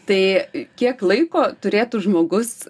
tai kiek laiko turėtų žmogus